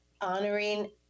honoring